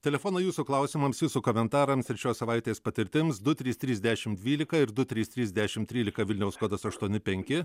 telefonai jūsų klausimams jūsų komentarams ir šios savaitės patirtims du trys trys dešimt dvylika ir du trys trys dešimt trylika vilniaus kodas aštuoni penki